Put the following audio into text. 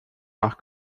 nach